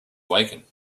awaken